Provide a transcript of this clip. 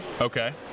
Okay